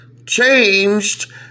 changed